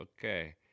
okay